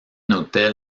hôtel